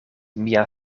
mia